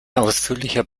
ausführlicher